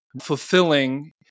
fulfilling